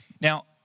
Now